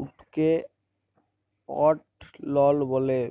উটকে অট লল ব্যলে